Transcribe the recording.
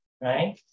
right